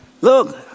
look